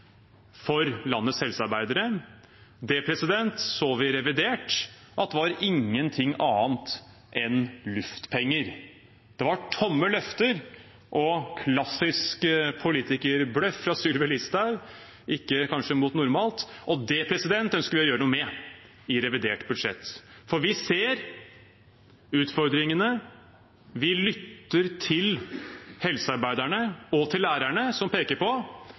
for landets helsearbeidere. Vi så i revidert at det var ingenting annet enn luftpenger. Det var tomme løfter og klassisk politikerbløff fra Sylvi Listhaug – kanskje ikke mot normalt. Det ønsker vi å gjøre noe med i revidert budsjett, for vi ser utfordringene. Vi lytter til helsearbeiderne og til lærerne, som peker på